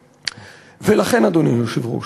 ולכן, אדוני היושב-ראש,